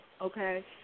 okay